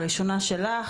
הראשונה שלך,